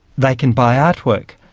they can buy artwork,